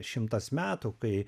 šimtas metų kai